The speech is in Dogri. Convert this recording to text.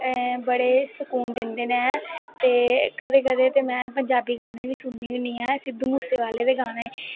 बड़े सूकून दिंदे नै ते कदैं कदैं ते में पंजाबी गाने बी सुननी होन्नी ऐं सिध्दू मूसे आह्ले दे गाने